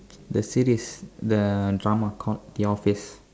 the series the drama called the office